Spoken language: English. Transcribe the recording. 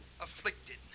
afflicted